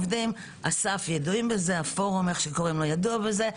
אס"ף ידועים בזה, הפורום ידוע בזה.